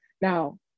Now